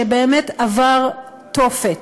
שבאמת עבר תופת,